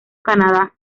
canadá